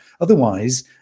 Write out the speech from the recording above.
Otherwise